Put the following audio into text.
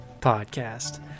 Podcast